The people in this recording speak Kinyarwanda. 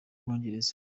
bwongereza